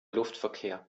luftverkehr